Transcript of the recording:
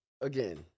again